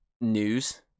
news